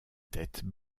tête